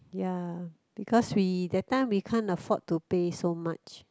ya because we that time we can't afford to pay so much